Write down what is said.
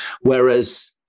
Whereas